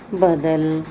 ਬਦਲ